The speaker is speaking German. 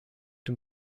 dem